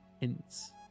hints